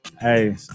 Hey